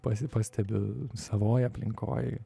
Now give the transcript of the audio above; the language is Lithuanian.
pasi pastebiu savoj aplinkoj